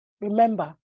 remember